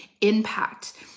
impact